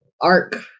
ARC